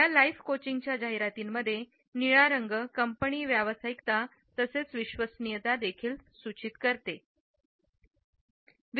या लाइफ कोचिंगच्या जाहिरातींमध्ये निळा रंग कंपनी व्यावसायिकता तसेच विश्वसनीयता देखील सुचवते